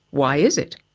why is it?